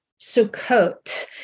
Sukkot